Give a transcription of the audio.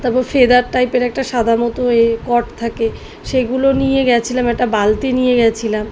তাপর ফেদার টাইপের একটা সাদা মতো এ কর্ড থাকে সেগুলো নিয়ে গেছিলাম একটা বালতি নিয়ে গেছিলাম